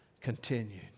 continued